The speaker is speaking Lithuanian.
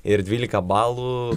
ir dvylika balų